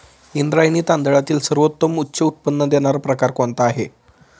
इंद्रायणी तांदळातील सर्वोत्तम उच्च उत्पन्न देणारा प्रकार कोणता आहे?